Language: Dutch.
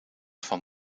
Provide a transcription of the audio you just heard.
van